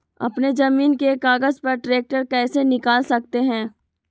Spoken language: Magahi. अपने जमीन के कागज पर ट्रैक्टर कैसे निकाल सकते है?